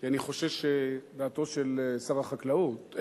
כי אני חושש שדעתו של שר החקלאות,